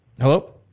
Hello